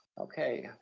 okay,